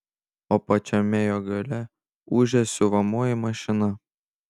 o pačiame jo gale ūžia siuvamoji mašina